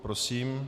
Prosím.